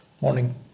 morning